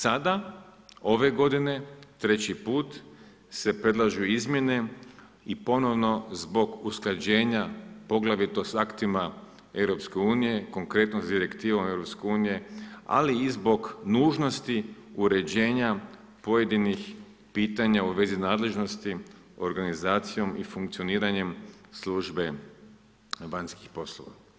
Sada ove godine treći put se predlažu izmjene i ponovno zbog usklađenja poglavito s aktima EU-a, konkretno s direktivom EU-a ali i zbog nužnosti uređenja pojedinih pitanja u vezi nadležnosti organizacijom i funkcioniranjem službe vanjskih poslova.